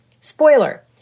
Spoiler